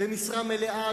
זו משרה מלאה?